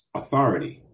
authority